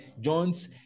John's